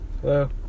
Hello